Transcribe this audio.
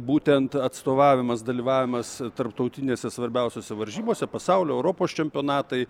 būtent atstovavimas dalyvavimas tarptautinėse svarbiausiose varžybose pasaulio europos čempionatai